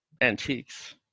antiques